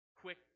Quick